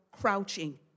crouching